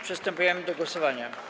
Przystępujemy do głosowania.